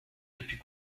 depuis